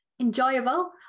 enjoyable